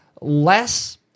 less